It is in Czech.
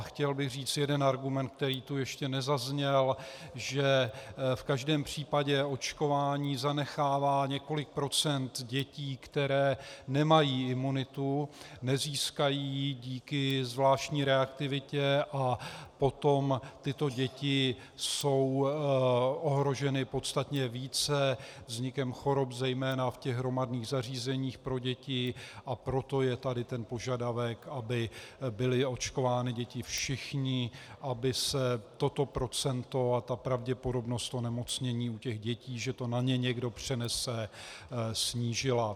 Chtěl bych říct jeden argument, který tu ještě nezazněl, že v každém případě očkování zanechává několik procent dětí, které nemají imunitu, nezískají ji díky zvláštní reaktivitě, a potom tyto děti jsou ohroženy podstatně více vznikem chorob zejména v hromadných zařízeních pro děti, a proto je tady ten požadavek, aby byly očkovány děti všechny, aby se toto procento a ta pravděpodobnost onemocnění těch dětí, že to na ně někdo přenese, snížila.